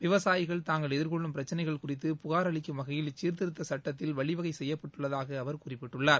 விவசாயிகள் தாங்கள் எதிர்கொள்ளும் பிரச்னைகள் குறித்து புகார் அளிக்கும் வகையில் இச்சீர்த்திருத்த சட்டத்தில் வழிவகை செய்யப்பட்டுள்ளதாக அவர் குறிப்பிட்டார்